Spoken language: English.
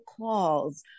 calls